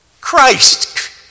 Christ